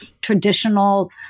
traditional